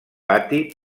pati